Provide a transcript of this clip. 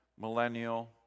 millennial